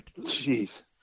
Jeez